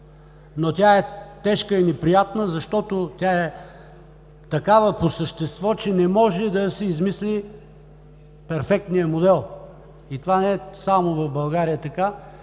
но тя е тежка и неприятна, защото тя е такава по същество, че не може да се измисли перфектният модел. Това не е само в България, това